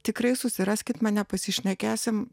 tikrai susiraskit mane pasišnekėsim